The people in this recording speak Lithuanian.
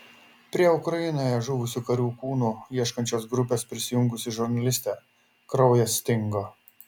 prie ukrainoje žuvusių karių kūnų ieškančios grupės prisijungusi žurnalistė kraujas stingo